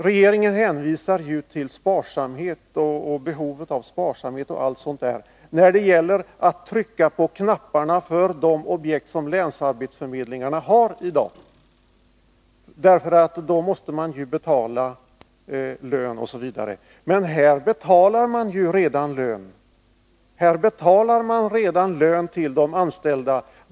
Regeringen hänvisar till behovet av sparsamhet m.m. när det gäller att trycka på knapparna för de objekt som länsarbetsnämnderna har i dag, därför att man måste betala lön osv. Men i det här fallet betalar man redan lön till de anställda.